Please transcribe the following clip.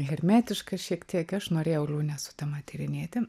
hermetiška šiek tiek aš norėjau liūnė sutema tyrinėti